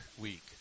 week